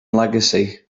legacy